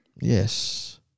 Yes